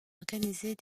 organisait